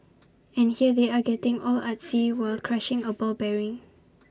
and here they are getting all artsy while crushing A ball bearing